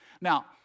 Now